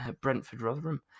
Brentford-Rotherham